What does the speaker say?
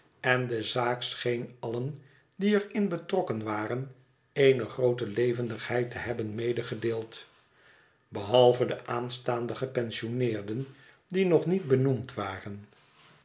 en de zaak scheen allen die er in betrokken waren eene groote levendigheid te hebben medegedeeld behalve de aanstaande gepensioneerden die nog niet benoemd waren